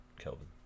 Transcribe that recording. Kelvin